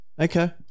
Okay